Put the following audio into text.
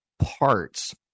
parts